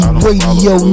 radio